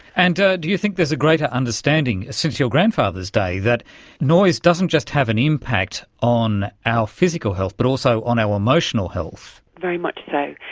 and do you think there's a greater understanding since your grandfather's day that noise doesn't just have an impact on our physical health but also on our emotional health? very much so.